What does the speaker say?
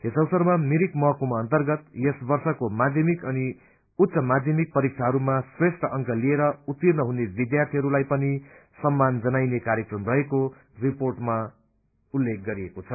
यस अवसरमा मिरिक महकुमा अर्न्तगत यस वर्षको माध्यमिक अनि उच्च माध्यमिक परीक्षाहरूमा श्रेष्ठ अंक लिएर उर्तिण हुने विध्यार्थीहरूलाई पनि सममान जनाइने कायक्रम रहेको रिर्पोटमा उल्लेख गरिएको छ